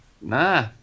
Nah